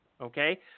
okay